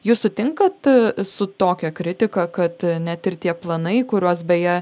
jūs sutinkat su tokia kritika kad net ir tie planai kuriuos beje